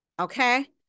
Okay